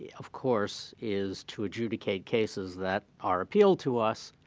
yeah of course, is to adjudicate cases that are appealed to us,